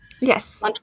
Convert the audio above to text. Yes